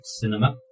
Cinema